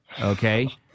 Okay